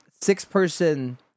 six-person